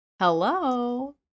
hello